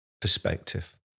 perspective